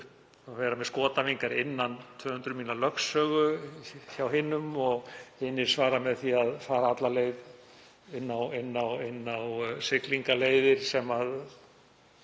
að vera með skotæfingar innan 200 mílna lögsögu hjá hinum og hinir svara með því að fara alla leið inn á siglingaleiðir sem